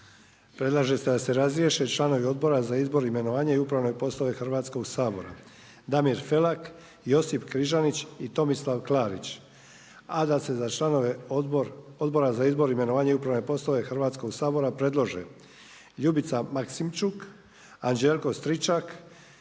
Predlaže se da se razriješe članovi Odbora za izbor, imenovanje i upravne poslove Hrvatskog sabora Damir Felak, Josip Križanić i Tomislav Klarić. A da se za članove Odbora za izbor, imenovanje i upravne poslove Hrvatskog sabora predlože Ljubica Maksimčuk, Anđelko Stričak,